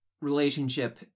relationship